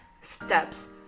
steps